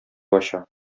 ача